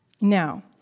Now